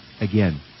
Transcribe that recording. again